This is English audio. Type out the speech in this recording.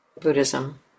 Buddhism